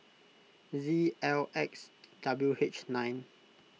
Z L X W H nine